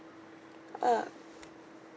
uh